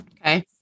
Okay